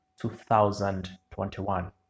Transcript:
2021